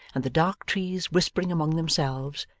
and the dark trees whispering among themselves,